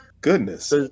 Goodness